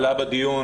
בדיון,